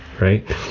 right